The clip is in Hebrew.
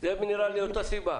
זה נראה לי אותה הסיבה.